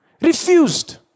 refused